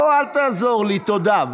לא, אל תעזור לי, תודה.